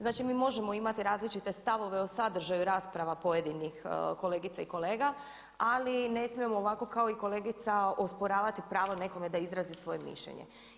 Znači, mi možemo imati različite stavove o sadržaju rasprava pojedinih kolegica i kolega ali ne smijemo ovako kao kolegica osporavati pravo nekome da izrazi svoje mišljenje.